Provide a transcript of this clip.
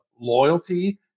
loyalty